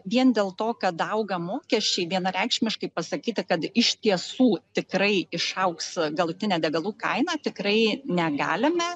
vien dėl to kad auga mokesčiai vienareikšmiškai pasakyti kad iš tiesų tikrai išaugs galutinė degalų kaina tikrai negalime